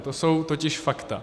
To jsou totiž fakta.